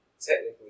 technically